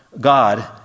God